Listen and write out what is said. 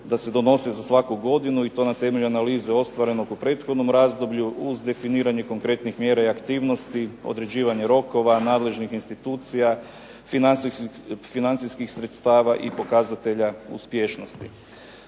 da se donose za svaku godinu i to na temelju analize ostvarenog u prethodnom razdoblju, uz definiranje konkretnih mjera i aktivnosti, određivanja rokova, nadležnih institucija, financijskih sredstava i pokazatelja uspješnosti.